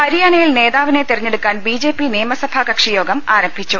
ഹരിയാനയിൽ നേതാവിനെ തെരഞ്ഞെടുക്കാൻ ബിജെപി നിയമസഭാകക്ഷി യോഗം ആരംഭിച്ചു